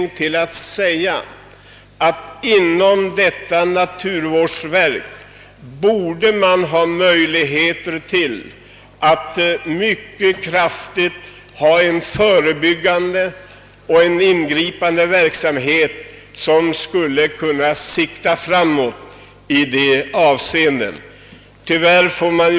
Därför borde naturvårdsverket kunna ingripa i förebyggande syfte och alltså bedriva en framåtsyftande verksamhet.